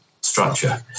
structure